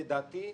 לדעתי,